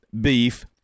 beef